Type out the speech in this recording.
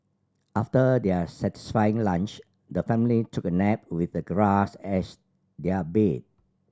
after their satisfying lunch the family took a nap with the grass as their bed